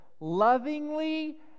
Lovingly